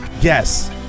Yes